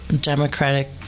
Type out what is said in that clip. democratic